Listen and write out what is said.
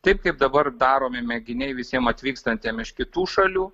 taip kaip dabar daromi mėginiai visiem atvykstantiem iš kitų šalių